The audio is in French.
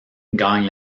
gagne